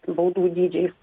baudų dydžiais